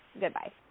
Goodbye